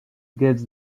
gives